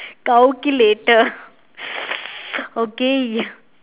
calculator okay